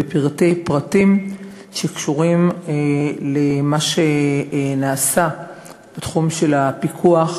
בפרטי-פרטים שקשורים למה שנעשה בתחום של הפיקוח